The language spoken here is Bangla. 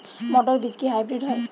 মটর বীজ কি হাইব্রিড হয়?